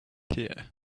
here